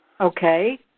Okay